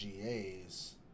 GAs